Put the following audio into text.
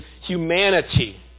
humanity